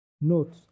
Note